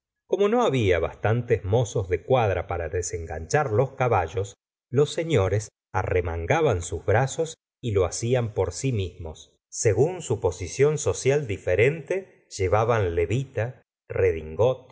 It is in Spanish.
como no había bastantes mozos de cuadra para desenganchar los caballos los señores arremangaban sus brazos y lo hacían por si mismos según su posición social diferente llevaban levita redingot